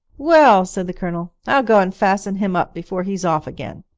well, said the colonel, i'll go and fasten him up before he's off again.